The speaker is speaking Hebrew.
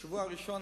בשבוע הראשון,